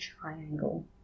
triangle